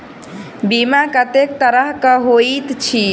बीमा कत्तेक तरह कऽ होइत छी?